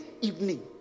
evening